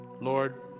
Lord